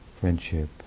friendship